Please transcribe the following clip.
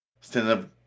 stand-up